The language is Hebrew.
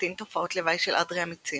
מקטין תופעות לוואי של אדריאמיצין.